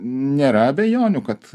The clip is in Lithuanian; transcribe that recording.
nėra abejonių kad